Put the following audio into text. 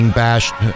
bashed